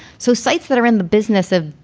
so sites that are in the business of,